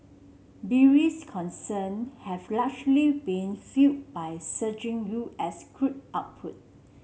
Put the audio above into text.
bearish concern have largely been fuelled by surging U S crude output